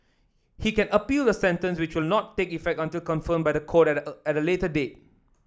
he can appeal the sentence which will not take effect until confirmed by the court at a at later date